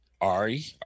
Ari